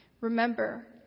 Remember